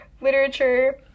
literature